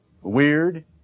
weird